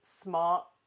smart